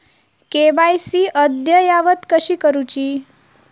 KYC अद्ययावत कशी करुची?